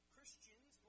Christians